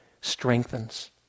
strengthens